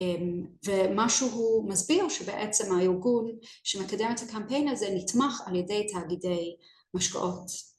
ומה שהוא מסביר שבעצם הארגון שמקדם את הקמפיין הזה נתמך על ידי תאגידי משקאות